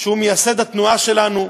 שהוא מייסד התנועה שלנו,